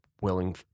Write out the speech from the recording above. willing